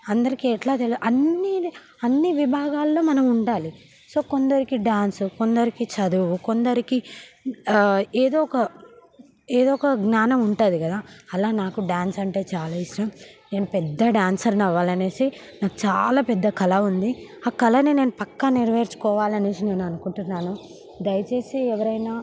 అందరికీ ఎట్లా తెల అన్ని అన్ని విభాగాల్లో మనం ఉండాలి సో కొందరికి డాన్స్ కొందరికి చదువు కొందరికి ఏదో ఒక ఏదో ఒక జ్ఞానం ఉంటుంది కదా అలా నాకు డాన్స్ అంటే చాలా ఇష్టం నేను పెద్ద డాన్సర్ని అవ్వాలి అనేసి నాకు చాలా పెద్ద కళా ఉంది ఆ కల నేను పక్క నెరవేర్చుకోవాలని అనేసి నేను అనుకుంటున్నాను దయచేసి ఎవరైనా